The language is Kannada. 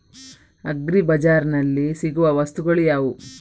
ಅಗ್ರಿ ಬಜಾರ್ನಲ್ಲಿ ಸಿಗುವ ವಸ್ತುಗಳು ಯಾವುವು?